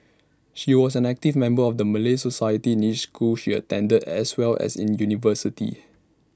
she was an active member of the Malay society in each school she attended as well as in university